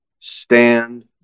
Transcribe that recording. stand